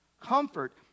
Comfort